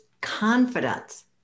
confidence